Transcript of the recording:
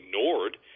ignored